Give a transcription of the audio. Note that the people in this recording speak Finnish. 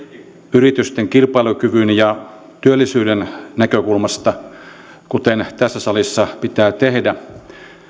yritysten kilpailukyvyn ja työllisyyden näkökulmasta kuten tässä salissa pitää tehdä